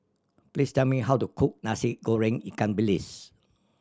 please tell me how to cook Nasi Goreng ikan bilis